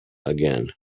again